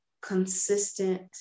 consistent